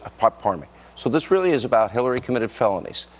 ah but pardon me. so this really is about hillary committed felonies.